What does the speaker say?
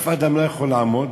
אף אדם לא יכול לעמוד